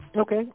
Okay